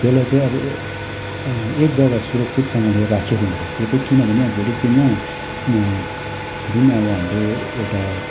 त्यसलाई चाहिँ अब एक जगा सुरक्षितसँगले राखेको हुन्छ त्यो चाहिँ किन भने भोलिको दिनमा जुन अब हाम्रो एउटा